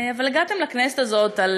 אבל, הגעתם לכנסת הזאת על